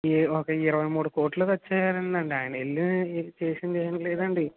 ఈ ఒక ఇరవై మూడు కోట్లు ఖర్చయ్యాయండీ ఆయన వెళ్ళీ చేసిందేం లేదండీ